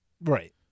Right